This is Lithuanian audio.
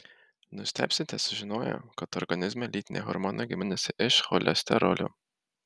nustebsite sužinoję kad organizme lytiniai hormonai gaminasi iš cholesterolio